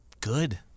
good